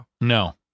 no